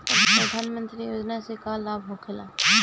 प्रधानमंत्री योजना से का लाभ होखेला?